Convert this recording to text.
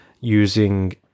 using